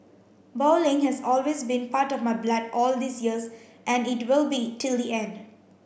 bowling has always been part of my blood all these years and it will be till the end